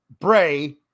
Bray